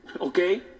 okay